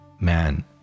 man